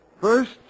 First